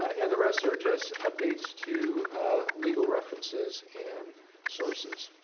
and the rest are just updates to legal references and sources.